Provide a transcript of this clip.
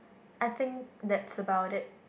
I think that's about it